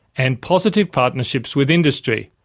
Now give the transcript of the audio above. and positive partnerships with industry.